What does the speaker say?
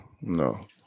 No